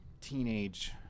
teenage